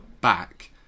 back